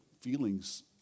feelings